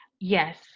yes